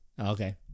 okay